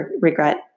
regret